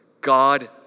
God